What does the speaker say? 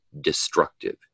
destructive